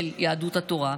של יהדות התורה,